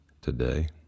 today